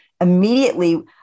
immediately